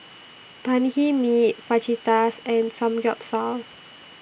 Banh MI Fajitas and Samgeyopsal